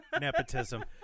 Nepotism